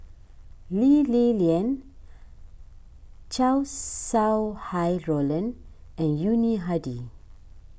Lee Li Lian Chow Sau Hai Roland and Yuni Hadi